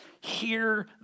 Hear